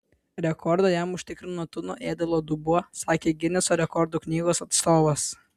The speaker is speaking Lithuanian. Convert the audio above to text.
rekordą jam užtikrino tuno ėdalo dubuo sakė gineso rekordų knygos atstovas